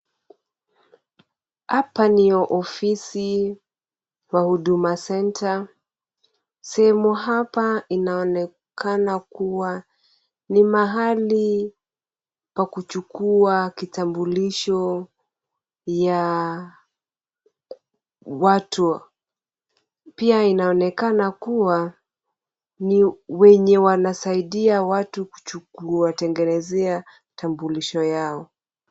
Hapa ni ofisi ya Huduma Center . Sehemu hapa inaonekana kuwa ni mahali pa kuchukua kitambulisho ya watu. Pia inaonekana kuwa ni wenye wanasaidia watu kuwatengenezea kitambulisho yao.